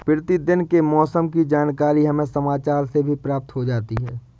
प्रतिदिन के मौसम की जानकारी हमें समाचार से भी प्राप्त हो जाती है